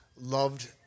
Loved